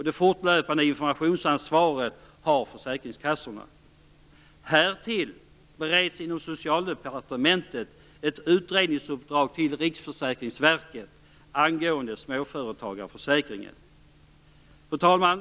Det fortlöpande informationsansvaret har försäkringskassorna. Härtill kommer att man inom Socialdepartementet bereder ett utredningsuppdrag till Riksförsäkringsverket om småföretagarförsäkringen. Fru talman!